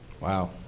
Wow